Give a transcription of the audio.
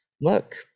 look